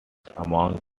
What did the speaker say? among